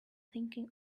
thinking